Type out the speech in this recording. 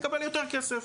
תקבל יותר כסף,